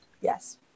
Yes